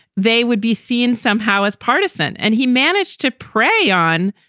they would be seen somehow as partisan. and he managed to prey on,